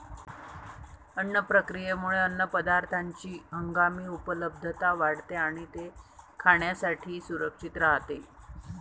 अन्न प्रक्रियेमुळे अन्नपदार्थांची हंगामी उपलब्धता वाढते आणि ते खाण्यासाठी सुरक्षित राहते